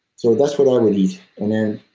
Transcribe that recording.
so that's what i would eat. and then,